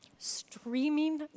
streaming